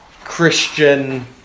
Christian